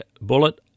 Bullet